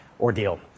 ordeal